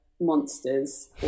monsters